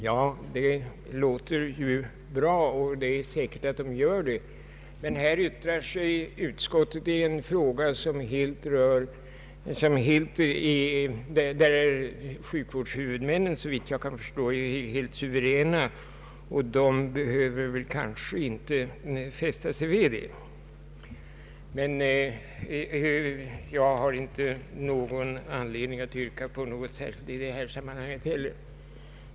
Ja, det låter ju bra, och förmodligen gör man också det, men här yttrar sig utskottet i en fråga där sjukvårdshuvudmännen, såvitt jag kan förstå, är helt suveräna och kanske inte behöver fästa sig vid vad som sägs av andra i det avseendet. Jag har emellertid inte någon anledning att ställa något särskilt yrkande på denna punkt.